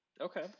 Okay